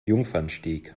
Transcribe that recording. jungfernstieg